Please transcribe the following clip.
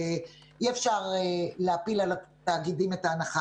אי אפשר להפיל על התאגידים את ההנחה